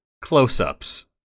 close-ups